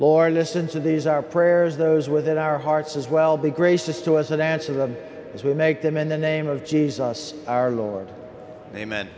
lauren listen to these are prayers those within our hearts as well be gracious to us and answer them as we make them in the name of jesus our lord amen